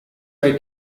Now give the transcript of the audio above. ray